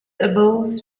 above